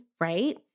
right